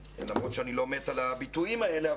למרות שאני לא מת על הביטויים האלה,